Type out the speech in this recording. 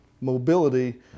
mobility